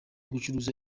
gucuruza